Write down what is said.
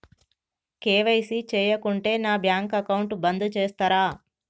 KYC చేయకుంటే నా bank account బంద్ చేస్తరా?